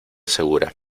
segura